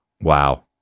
Wow